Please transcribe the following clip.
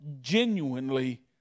genuinely